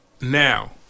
Now